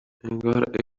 انگار